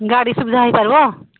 ଗାଡ଼ି ସୁବିଧା ହେଇପାରିବ